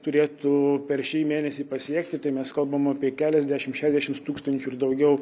turėtų per šį mėnesį pasiekti tai mes kalbam apie keliasdešimt šedešimts tūkstančių ir daugiau